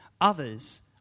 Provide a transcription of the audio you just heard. Others